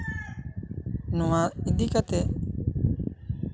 ᱱᱚᱣᱟ ᱤᱫᱤ ᱠᱟᱛᱮᱜ